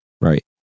right